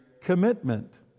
commitment